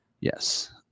yes